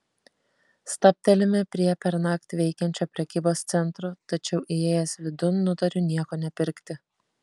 stabtelime prie pernakt veikiančio prekybos centro tačiau įėjęs vidun nutariu nieko nepirkti